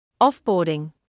Offboarding